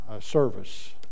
service